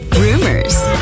rumors